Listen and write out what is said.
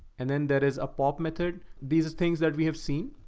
and then that is a pop method. these are things that we have seen.